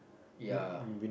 ya